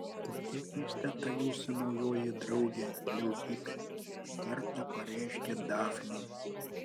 kokia keista ta jūsų naujoji draugė leukipė kartą pareiškė dafnei